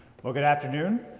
well, good afternoon.